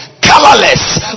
colorless